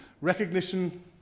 Recognition